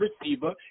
receiver